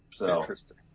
Interesting